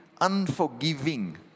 unforgiving